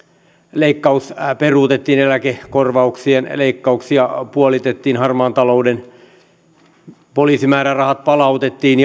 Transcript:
leikkaus peruutettiin ja lääkekorvauksien leikkauksia puolitettiin harmaan talouden poliisimäärärahat palautettiin